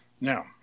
Now